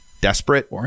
Desperate